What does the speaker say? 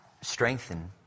strengthen